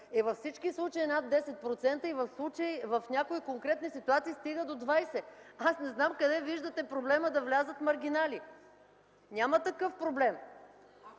във всички случаи е над 10% и в някои конкретни ситуации стига до 20%. Не знам къде виждате проблема да влязат маргинали. Няма такъв проблем.